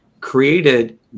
created